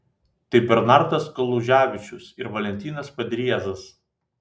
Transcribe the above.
tai bernardas kaluževičius ir valentinas padriezas